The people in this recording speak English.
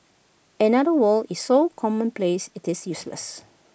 another world is so commonplace IT is useless